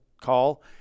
call